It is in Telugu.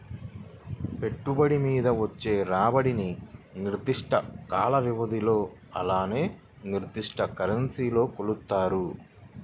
పెట్టుబడి మీద వచ్చే రాబడిని నిర్దిష్ట కాల వ్యవధిలో అలానే నిర్దిష్ట కరెన్సీలో కొలుత్తారు